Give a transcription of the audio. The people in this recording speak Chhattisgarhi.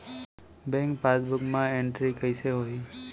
बैंक पासबुक मा एंटरी कइसे होही?